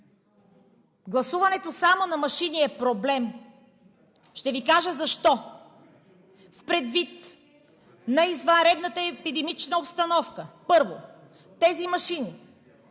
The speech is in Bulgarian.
гласуването само на машини е проблем. Ще Ви кажа защо. Предвид на извънредната епидемична обстановка, първо, тези машини